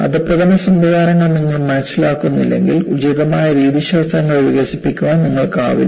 അധപതന സംവിധാനങ്ങൾ നിങ്ങൾ മനസിലാക്കുന്നില്ലെങ്കിൽ ഉചിതമായ രീതിശാസ്ത്രങ്ങൾ വികസിപ്പിക്കാൻ നിങ്ങൾക്കാവില്ല